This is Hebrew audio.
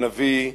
הנביא,